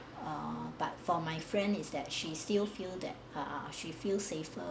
err but for my friend is that she still feel that err she feel safer